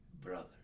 brother